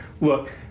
Look